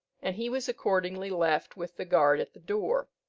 and he was accordingly left with the guard at the door.